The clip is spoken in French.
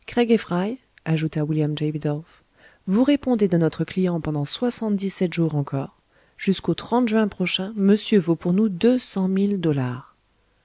fry ajouta william j bidulph vous répondez de notre client pendant soixante-dix sept jours encore jusqu'au juin prochain monsieur vaut pour nous deux cent mille dollars